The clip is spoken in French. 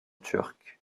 turque